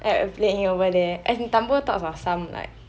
like playing over there as in tumble toss was some like